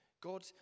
God